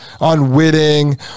unwitting